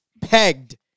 pegged